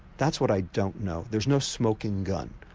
that's what i don't know. there's no smoking gun,